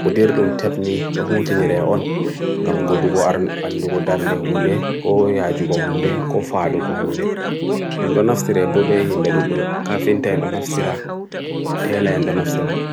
kodir dum tepni dahu tini re'on, gam godubo arndu bo darne hude, koho yajugo hude, koho fado kohu hude. Dum dun afsire bobe hi medudum kafin ten dun afsira, telen dun afsira.